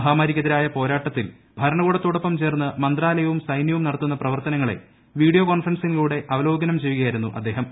മഹാമാരിയ്ക്കെതിരായ പോരാട്ടത്തിൽ ഭരണകൂടത്തോടൊപ്പം ചേർന്ന് മന്ത്രാലയവും സൈനൃവും നടത്തുന്ന പ്രവർത്തനങ്ങളെ വീഡിയോ കോൺഫറൻസിങ്ങിലൂടെ അവലോകനം ചെയ്യുകയായിരുന്നു അദ്ദേഹം